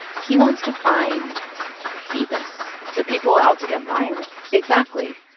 he wants to find phoebus the people out to get byron exactly.